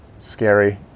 scary